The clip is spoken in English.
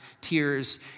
tears